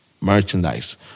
merchandise